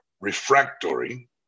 refractory